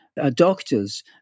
doctors